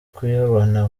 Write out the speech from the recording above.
kuyabona